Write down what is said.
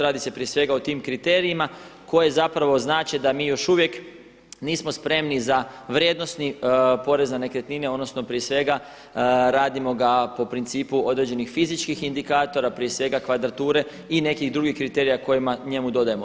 Radi s prije svega o tim kriterijima koji zapravo znače da mi još uvijek nismo spremni za vrijednosni porez na nekretnine odnosno prije svega radimo ga po principu određenih fizičkih indikatora, prije svega kvadrature i nekih drugih kriterija kojima njemu dodajemo.